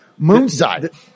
moonside